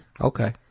Okay